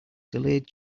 delayed